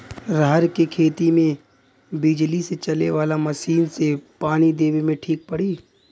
रहर के खेती मे बिजली से चले वाला मसीन से पानी देवे मे ठीक पड़ी?